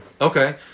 okay